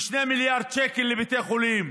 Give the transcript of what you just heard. ב-2 מיליארד שקלים לבתי חולים,